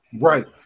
right